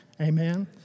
amen